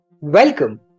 Welcome